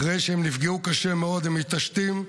אחרי שהם נפגעו קשה מאוד, הם מתעשתים,